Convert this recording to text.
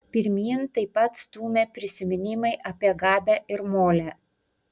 pirmyn taip pat stūmė prisiminimai apie gabę ir molę